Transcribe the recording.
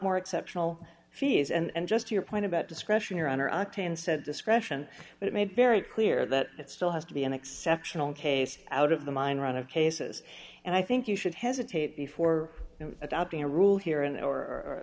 more exceptional fees and just your point about discretion your honor octane said discretion but it made very clear that it still has to be an exceptional case out of the mine run of cases and i think you should hesitate before adopting a rule he